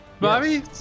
Bobby